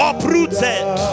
Uprooted